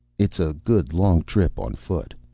it's a good long trip, on foot.